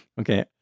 Okay